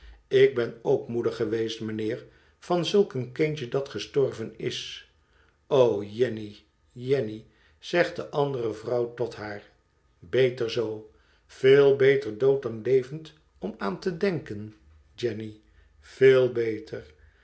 ik ben ook moeder geweest mijnheer van zulk een kindje dat gestorven is och jenny jenny zegt de andere vrouw tot haar beter zoo veel beter dood dan levend om aan te denken jenny veel béter